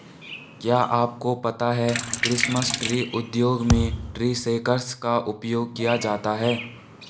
क्या आपको पता है क्रिसमस ट्री उद्योग में ट्री शेकर्स का उपयोग किया जाता है?